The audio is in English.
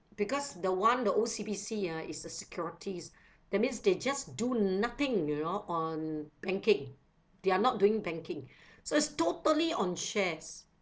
because the one the O_C_B_C ah is a securities that means they just do nothing you know on banking they are not doing banking so it's totally on shares